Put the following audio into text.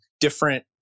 different